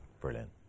Brilliant